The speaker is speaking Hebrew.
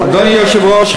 אדוני היושב-ראש,